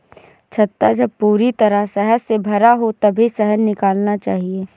छत्ता जब पूरी तरह शहद से भरा हो तभी शहद निकालना चाहिए